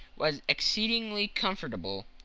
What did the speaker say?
was exceedingly comfortable.